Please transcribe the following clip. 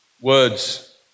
words